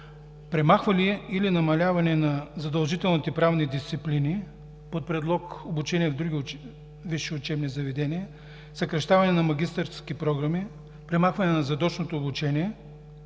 премахване, или намаляване на задължителните правни дисциплини, под предлог обучение в други висши учебни заведения, съкращаване на магистърски програми, премахване на задочното обучение